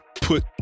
put